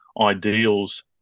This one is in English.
ideals